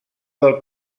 del